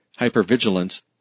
hypervigilance